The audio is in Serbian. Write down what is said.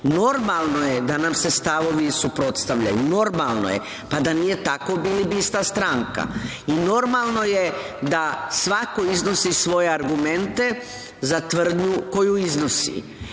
stavove. Normalno je da nam se stavovi suprotstavljaju. Normalno je, da nije tako bili bi ista stranka. I, normalno je da svako iznosi svoje argumente za tvrdnju koju iznosi.E